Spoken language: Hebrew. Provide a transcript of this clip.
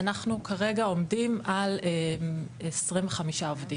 אנחנו כרגע עומדים על 25 עובדים.